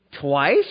Twice